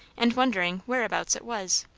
and wondering whereabouts it was.